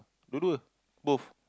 dua-dua both